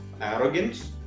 arrogance